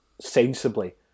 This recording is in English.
sensibly